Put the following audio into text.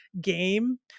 game